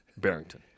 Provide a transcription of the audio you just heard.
Barrington